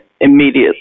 immediately